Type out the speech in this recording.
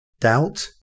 Doubt